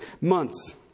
months